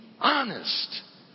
honest